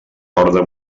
orde